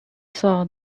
saw